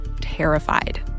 terrified